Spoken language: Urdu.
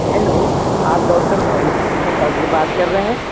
ہیلو آپ ڈاکٹر توحید توحید بات کر رہے ہیں